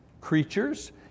creatures